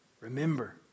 remember